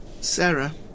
Sarah